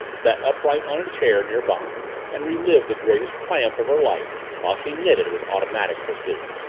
sat upright on a chair near by and relived the greatest triumph of her life while she knitted with automatic precision.